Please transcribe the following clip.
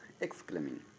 exclaiming